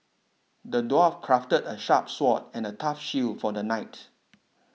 the dwarf crafted a sharp sword and a tough shield for the knight